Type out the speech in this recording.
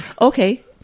Okay